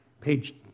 page